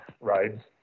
rides